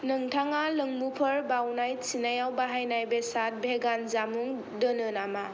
नोंथाङा लोंमुफोर बावनाय थिनायाव बाहायनाव बेसाद भेगान जामुं दोनो नामा